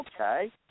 Okay